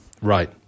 right